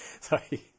Sorry